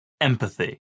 empathy